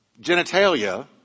genitalia